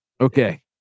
Okay